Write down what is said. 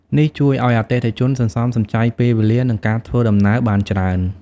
នេះជួយឲ្យអតិថិជនសន្សំសំចៃពេលវេលា និងការធ្វើដំណើរបានច្រើន។